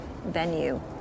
venue